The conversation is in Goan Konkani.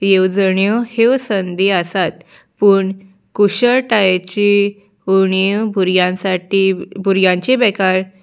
येवजण्यो ह्यो संदी आसात पूण कुशळटायेची उणीव भुरग्यांसाठी भुरग्यांचे बेकार